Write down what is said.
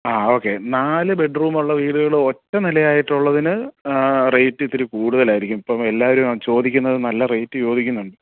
ആ ഓക്കെ നാല് ബെഡ്റൂം ഉള്ള വീടുകൾ ഒറ്റ നിലയായിട്ടുള്ളതിന് റെയ്റ്റ് ഇത്തിരി കൂടുതലായിരിക്കും ഇപ്പം എല്ലാവരും ചോദിക്കുന്നത് നല്ല റെയ്റ്റ് ചോദിക്കുന്നുണ്ട്